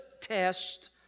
test